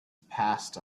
passed